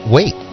Wait